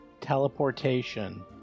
teleportation